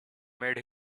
made